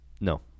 No